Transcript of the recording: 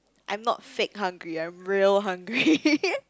I'm not fake hungry I'm real hungry